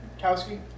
Kowski